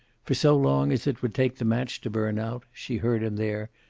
for so long as it would take the match to burn out, she heard him there,